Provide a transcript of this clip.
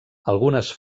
algunes